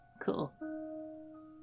Cool